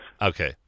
Okay